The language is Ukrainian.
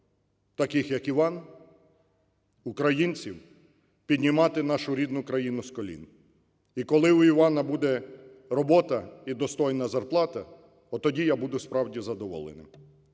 таких, як Іван, українців піднімати нашу рідну країну з колін. І коли в Івана буде робота і достойна зарплата, от тоді я буду справді задоволений.